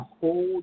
hold